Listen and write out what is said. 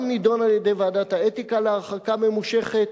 גם נידון על-ידי ועדת האתיקה להרחקה ממושכת,